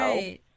Right